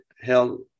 held